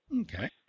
Okay